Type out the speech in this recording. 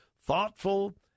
thoughtful